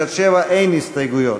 (7) אין הסתייגויות.